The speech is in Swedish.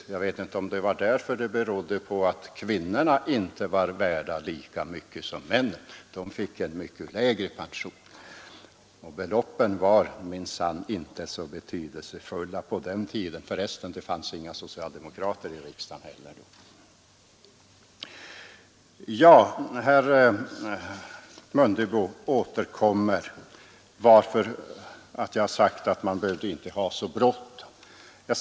Men jag vet inte om det var därpå det berodde att kvinnorna inte blev värda lika mycket som männen; de fick som bekant mycket lägre pensioner. På den tiden var pensionsbeloppen inte alls stora, och inte heller fanns det några socialdemokrater i riksdagen då. Herr Mundebo frågade varför jag sagt att vi inte behövde ha så bråttom.